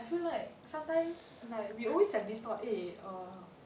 I feel like sometimes like we always have this thought eh err